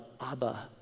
Abba